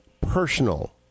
personal